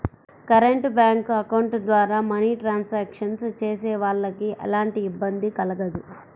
current bank account ద్వారా money transactions చేసేవాళ్ళకి ఎలాంటి ఇబ్బంది కలగదు